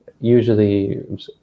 usually